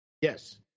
yes